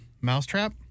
Mousetrap